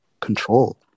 control